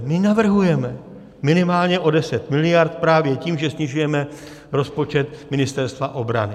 My navrhujeme minimálně o 10 mld. právě tím, že snižujeme rozpočet Ministerstva obrany.